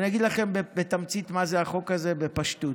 אגיד לכם בתמצית מה זה החוק הזה, בפשטות.